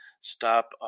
stop